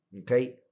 Okay